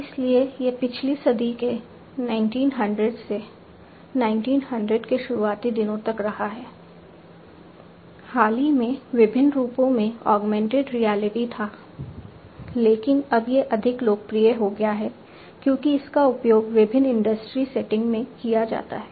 इसलिए यह पिछली सदी के 1900 से 1900 के शुरुआती दिनों तक रहा है हाल ही में विभिन्न रूपों में ऑगमेंटेड रियलिटी था लेकिन अब यह अधिक लोकप्रिय हो गया है क्योंकि इसका उपयोग विभिन्न इंडस्ट्री सेटिंग्स में किया जाता है